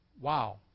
wow